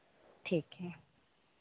ठीक है